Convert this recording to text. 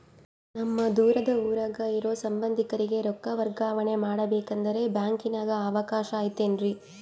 ನಮ್ಮ ದೂರದ ಊರಾಗ ಇರೋ ಸಂಬಂಧಿಕರಿಗೆ ರೊಕ್ಕ ವರ್ಗಾವಣೆ ಮಾಡಬೇಕೆಂದರೆ ಬ್ಯಾಂಕಿನಾಗೆ ಅವಕಾಶ ಐತೇನ್ರಿ?